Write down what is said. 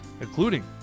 including